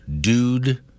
dude